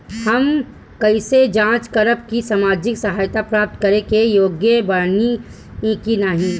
हम कइसे जांच करब कि सामाजिक सहायता प्राप्त करे के योग्य बानी की नाहीं?